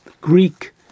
Greek